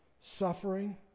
suffering